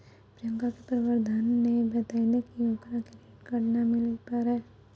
प्रियंका के प्रबंधक ने बतैलकै कि ओकरा क्रेडिट कार्ड नै मिलै पारै